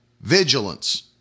vigilance